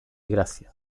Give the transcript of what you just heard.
gracia